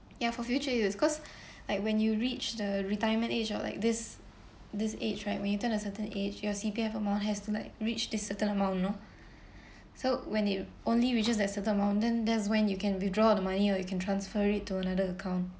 ya for future use because like when you reach the retirement age or like this this age right when you turn a certain age your C_P_F amount has to like reach this certain amount you know so when it only reaches that certain amount then there's when you can withdraw the money or you can transfer it to another account